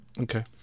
Okay